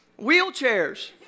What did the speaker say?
wheelchairs